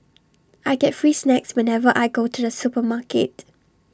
I get free snacks whenever I go to the supermarket